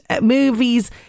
movies